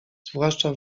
zwłaszcza